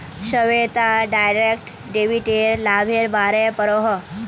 Shweta direct डेबिटेर लाभेर बारे पढ़ोहो